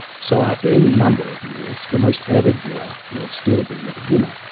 so after any number of years the most avid viewer will still be a beginner.